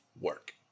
work